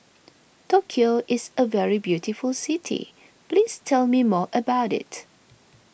Tokyo is a very beautiful city please tell me more about it